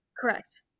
Correct